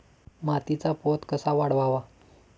मातीचा पोत कसा वाढवावा?